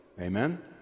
Amen